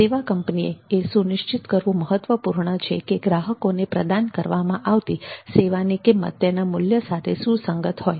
સેવા કંપનીએ એ સુનિશ્ચિત કરવું મહત્વપૂર્ણ છે કે ગ્રાહકોને પ્રદાન કરવામાં આવતી સેવાની કિંમત તેના મૂલ્ય સાથે સુસંગત હોય